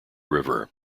river